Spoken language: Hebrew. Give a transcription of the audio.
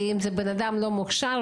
אם זה בן אדם לא מוכשר,